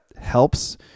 helps